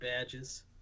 badges